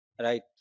right